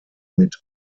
mit